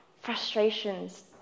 frustrations